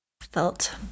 felt